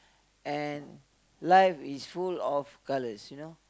and life is full of colours you know